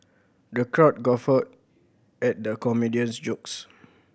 the crowd guffawed at the comedian's jokes